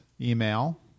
email